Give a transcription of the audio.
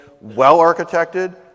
well-architected